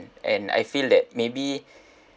and I feel that maybe